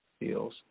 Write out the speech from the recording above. deals